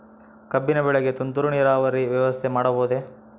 ಕಬ್ಬಿನ ಬೆಳೆಗೆ ತುಂತುರು ನೇರಾವರಿ ವ್ಯವಸ್ಥೆ ಮಾಡಬಹುದೇ?